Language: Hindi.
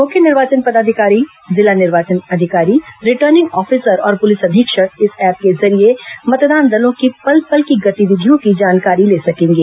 मुख्य निर्वाचन पदाधिकारी जिला निर्वाचन अधिकारी रिटर्निंग ऑफिसर और पुलिस अधीक्षक इस ऐप के जरिए मतदान दलों की पल पल की गतिविधियों की जानकारी ले सकेंगे